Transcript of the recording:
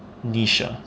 wish ah